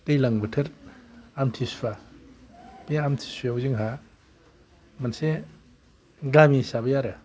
दैलां बोथोर आमथि सुवा बे आमथि सुवायाव जोंहा मोनसे गामि हिसाबै आरो